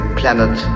planet